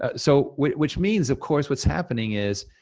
ah so which means of course what's happening is,